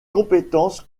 compétences